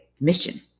mission